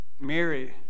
Mary